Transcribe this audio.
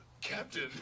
Captain